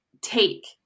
take